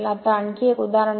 आता आणखी एक उदाहरण आहे